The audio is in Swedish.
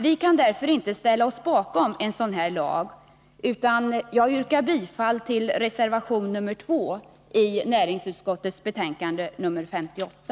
Vi kan inte ställa oss bakom en sådan lag som den föreslagna, och jag yrkar därför bifall till reservation nr 2, som är fogad till näringsutskottets betänkande nr 58.